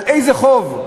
על איזה חוב?